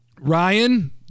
ryan